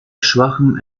schwachem